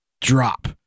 drop